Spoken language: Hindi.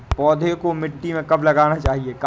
पौधें को मिट्टी में कब लगाना चाहिए?